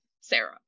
Sarah